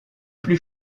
plus